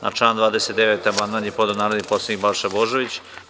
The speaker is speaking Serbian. Na član 29. amandman je podneo narodni poslanik Balša Božović.